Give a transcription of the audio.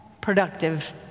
productive